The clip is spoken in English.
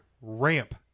ramp